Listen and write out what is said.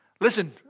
listen